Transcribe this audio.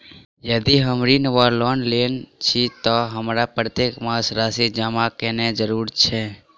यदि हम ऋण वा लोन लेने छी तऽ हमरा प्रत्येक मास राशि जमा केनैय जरूरी छै?